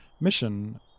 mission